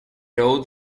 old